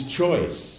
choice